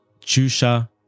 Chusha